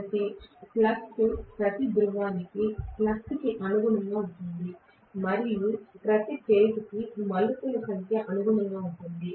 కాబట్టి ఫ్లక్స్ ప్రతి ధ్రువానికి ఫ్లక్స్కు అనుగుణంగా ఉంటుంది మరియు ప్రతి ఫేజ్ కు మలుపుల సంఖ్య అనుగుణంగా ఉంటుంది